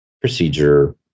procedure